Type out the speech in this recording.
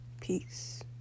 peace